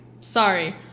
Sorry